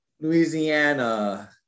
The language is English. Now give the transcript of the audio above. Louisiana